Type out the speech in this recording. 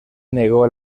negó